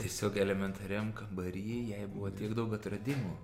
tiesiog elementariam kambary jai buvo tiek daug atradimų